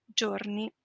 giorni